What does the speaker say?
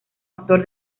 actor